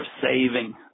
saving